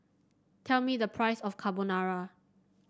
tell me the price of Carbonara